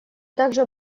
также